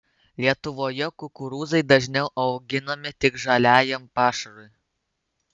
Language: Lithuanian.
lietuvoje kukurūzai dažniau auginami tik žaliajam pašarui